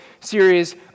series